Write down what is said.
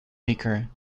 weaker